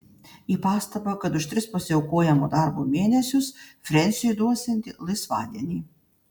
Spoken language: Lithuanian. į pastabą kad už tris pasiaukojamo darbo mėnesius frensiui duosianti laisvadienį